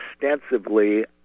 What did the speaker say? extensively